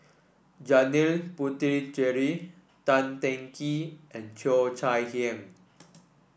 Janil Puthucheary Tan Teng Kee and Cheo Chai Hiang